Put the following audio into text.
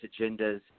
agendas